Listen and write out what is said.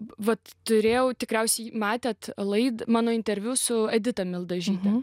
vat turėjau tikriausiai matėt laid mano interviu su edita mildažyte